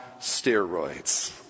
steroids